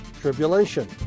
Tribulation